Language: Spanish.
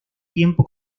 tiempo